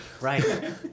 Right